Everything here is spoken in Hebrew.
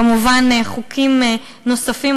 כמובן חוקים נוספים,